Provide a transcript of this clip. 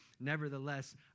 Nevertheless